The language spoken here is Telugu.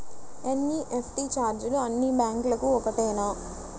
ఎన్.ఈ.ఎఫ్.టీ ఛార్జీలు అన్నీ బ్యాంక్లకూ ఒకటేనా?